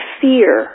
fear